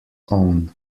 own